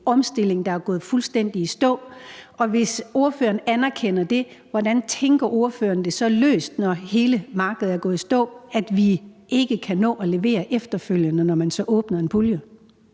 omstilling, der er gået fuldstændig i stå. Hvis ordføreren anerkender det, hvordan tænker ordføreren det så løst, når hele markedet er gået i stå, at vi ikke kan nå at levere efterfølgende, når man så åbner en pulje?